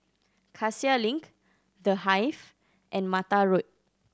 Cassia Link The Hive and Mattar Road